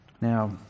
Now